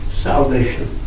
salvation